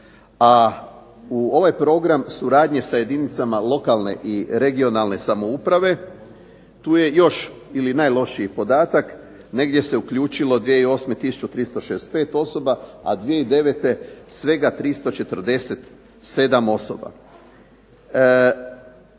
a u ovaj program suradnje sa jedinicama lokalne i regionalne samouprave tu je još ili najlošiji podatak negdje se uključilo 2008. 1365 osoba, a 2009. svega 347 osoba.